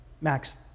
Max